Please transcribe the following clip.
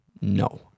No